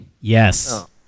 Yes